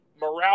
Morale